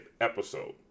episode